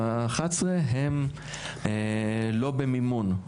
ו-11 הם לא במימון.